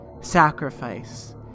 Sacrifice